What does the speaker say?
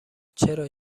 چرا